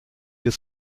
his